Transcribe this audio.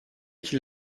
qu’il